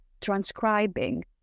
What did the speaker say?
transcribing